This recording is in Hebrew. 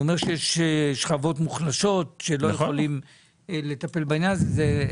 הוא אומר שיש שכבות מוחלשות שלא יכולים לטפל בעניין הזה,